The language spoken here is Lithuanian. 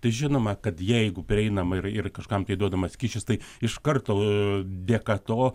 tai žinoma kad jeigu prieinama ir ir kažkam tai duodamas kyšis tai iš karto dėka to